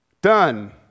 Done